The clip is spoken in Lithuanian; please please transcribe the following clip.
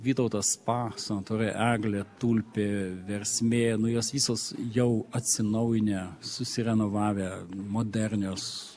vytautas spa sanatorija eglė tulpė versmė nu jos visos jau atsinaujinę susirenovavę modernios